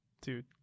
Dude